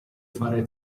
fare